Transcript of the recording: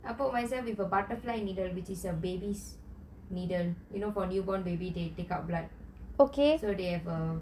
I poke myself with a butterfly needle which is a baby's needle you know for newborn babies they take out blood so they have a